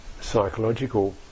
psychological